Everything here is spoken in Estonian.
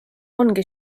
ongi